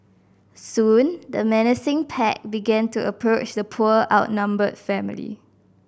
soon the menacing pack began to approach the poor outnumbered family